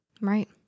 Right